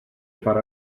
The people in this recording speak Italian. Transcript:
far